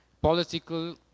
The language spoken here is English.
political